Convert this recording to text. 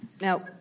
Now